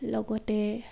লগতে